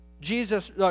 Jesus